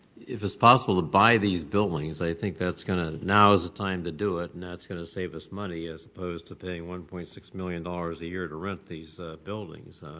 if it's possible to buy these buildings i think that's going to now is the time to do it and that's going to save us money as opposed to paying one point six million dollars a year to rent these buildings.